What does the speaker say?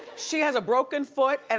she has a broken foot, and